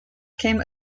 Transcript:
came